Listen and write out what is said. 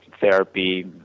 therapy